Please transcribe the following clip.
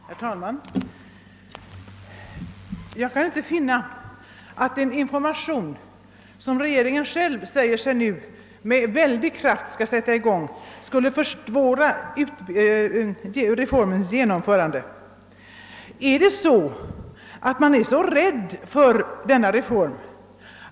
Herr talman! Jag kan inte finna att information skulle kunna försvåra reformens genomförande. Regeringen säger sig ju själv ha för avsikt att med väldig kraft föra ut denna information så snart beslutet är klart.